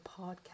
podcast